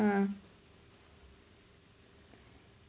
ah